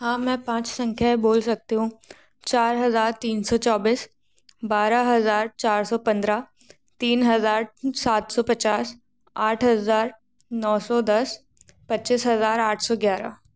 हाँ मैं पाँच संख्याएं बोल सकती हूँ चार हजार तीन सौ चौबीस बारह हजार चार सौ पंद्रह तीन हजार सात सौ पचास आठ हजार नौ सौ दस पच्चीस हजार आठ सौ ग्यारह